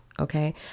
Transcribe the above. Okay